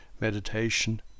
Meditation